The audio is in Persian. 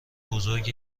بزرگتری